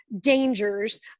dangers